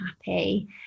happy